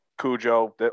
Cujo